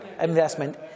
investment